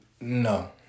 no